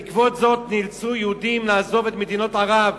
בעקבות זאת נאלצו יהודים לעזוב את מדינות ערב